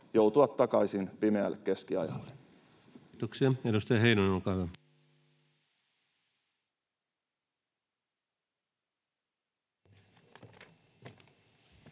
joutua takaisin pimeälle keskiajalle. Kiitoksia. — Edustaja Heinonen, olkaa hyvä.